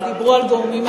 דיברו על גורמים,